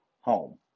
home